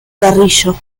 carrillo